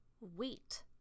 Wait